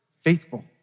Faithful